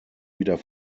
wieder